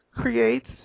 creates